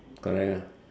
correct lah